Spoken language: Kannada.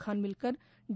ಬಾನ್ವಿಲ್ಲರ್ ಡಿ